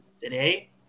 today